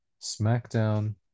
SmackDown